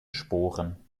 sporen